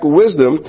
wisdom